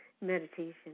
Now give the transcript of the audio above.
meditation